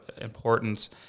importance